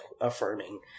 affirming